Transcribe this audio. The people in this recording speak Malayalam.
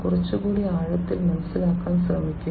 കുറച്ചുകൂടി ആഴത്തിൽ മനസ്സിലാക്കാൻ ശ്രമിക്കുക